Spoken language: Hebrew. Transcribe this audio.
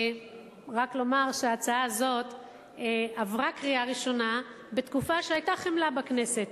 רק לומר שההצעה הזאת עברה קריאה ראשונה בתקופה שהיתה חמלה בכנסת.